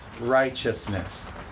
righteousness